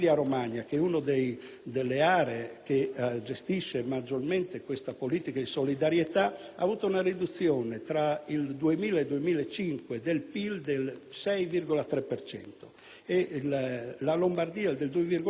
che gestisce maggiormente questa politica di solidarietà, ha avuto una riduzione del PIL, tra il 2000 e il 2005, del 6,3 per cento; la Lombardia del 2,7 per cento e il Veneto dell'1,9